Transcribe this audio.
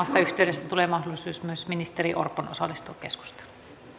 yhteydessä tulee mahdollisuus myös ministeri orpon osallistua keskusteluun